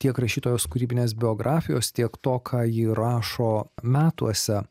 tiek rašytojos kūrybinės biografijos tiek to ką ji rašo metuose